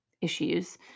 issues